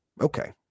Okay